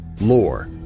lore